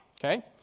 okay